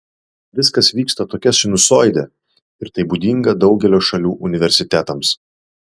viskas vyksta tokia sinusoide ir tai būdinga daugelio šalių universitetams